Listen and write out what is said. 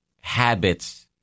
habits